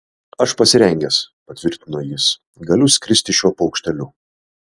aš pasirengęs patvirtino jis galiu skristi šiuo paukšteliu